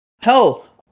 hell